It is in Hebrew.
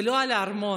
ולא על ארמון,